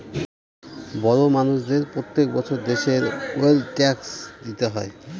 বড় মানষদের প্রত্যেক বছর দেশের ওয়েলথ ট্যাক্স দিতে হয়